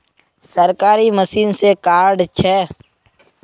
सरकारी मशीन से कार्ड छै?